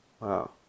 Wow